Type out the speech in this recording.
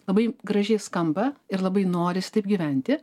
labai gražiai skamba ir labai norisi taip gyventi